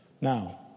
Now